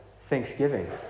Thanksgiving